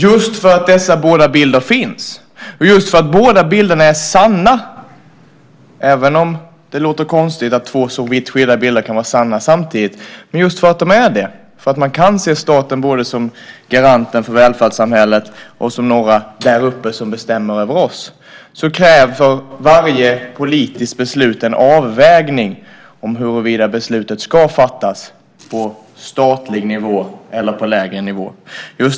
Just för att dessa båda bilder finns, för att båda bilderna är sanna - även om det låter konstigt att två så vitt skilda bilder kan vara sanna samtidigt - för att man kan se staten både som garanten för välfärdssamhället och som några där upp som bestämmer över oss kräver varje politiskt beslut en avvägning huruvida beslutet ska fattas på statlig nivå eller på en lägre nivå.